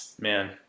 man